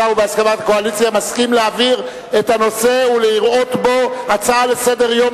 מסכים להעביר את הנושא ולראות בו הצעה לסדר-היום.